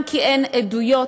גם כי אין עדויות,